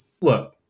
look